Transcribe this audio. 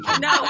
No